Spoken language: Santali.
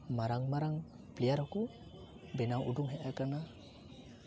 ᱢᱟᱨᱟᱝ ᱢᱟᱨᱟᱝ ᱯᱞᱮᱭᱟᱨ ᱦᱚᱸᱠᱚ ᱵᱮᱱᱟᱣ ᱩᱰᱩᱠ ᱦᱮᱡ ᱟᱠᱟᱱᱟ